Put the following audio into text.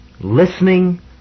listening